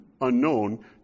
unknown